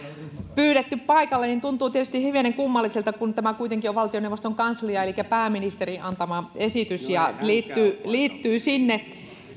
pyydetty paikalle tuntuu tietysti hivenen kummalliselta kun tämä kuitenkin on valtioneuvoston kanslian elikkä pääministerin antama esitys ja liittyy liittyy sinne